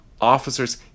Officers